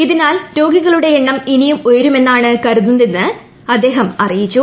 ഇതിനാൽ രോഗികളുടെ എണ്ണം ഇനിയും ഉയരുമെന്നാണ് കരുതുന്നതെന്ന് അദ്ദേഹം അറിയിച്ചു